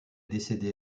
décédé